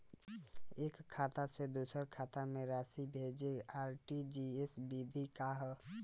एकह खाता से दूसर खाता में राशि भेजेके आर.टी.जी.एस विधि का ह?